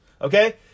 okay